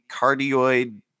cardioid